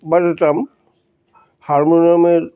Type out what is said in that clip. বাজাতাম হারমোনিয়ামের